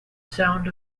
sound